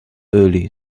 early